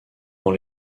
dans